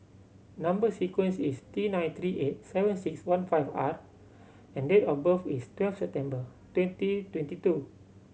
number sequence is T nine three eight seven six one five R and date of birth is twelve September twenty twenty two